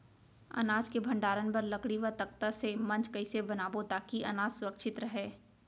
अनाज के भण्डारण बर लकड़ी व तख्ता से मंच कैसे बनाबो ताकि अनाज सुरक्षित रहे?